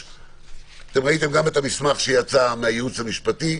- ראיתם את המסמך שיצא מהייעוץ המשפטי.